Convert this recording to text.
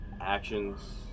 Actions